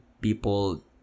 people